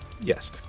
Yes